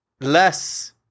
Less